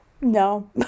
no